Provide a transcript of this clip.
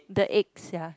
the egg sia